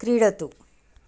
क्रीडतु